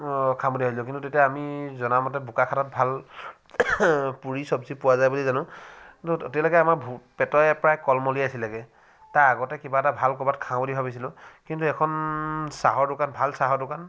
কিন্তু তেতিয়া আমি জনামতে বোকাখাটত ভাল পুৰি চবজি পোৱা যায় বুলি জানো কিন্তু তেতিয়ালৈকে আমাৰ পেটৰ প্ৰায় কলমলিয়াইছিলেগৈ তাৰ আগতে কিবা এটা ভাল ক'ৰবাত খাওঁ বুলি ভাবিছিলোঁ কিন্তু এখন চাহৰ দোকান ভাল চাহৰ দোকান